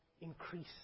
increase